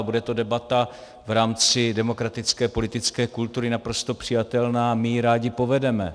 A bude to debata v rámci demokratické politické kultury naprosto přijatelná a my ji rádi povedeme.